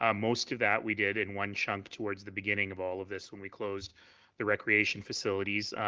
ah most of that we did in one chunk toward the beginning of all of this. when we closed the recreation facilities.